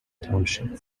township